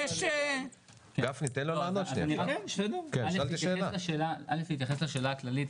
להתייחס לשאלה הכללית,